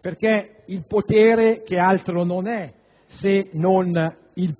perché il potere altro non è che